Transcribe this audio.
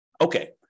Okay